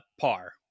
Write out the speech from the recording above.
par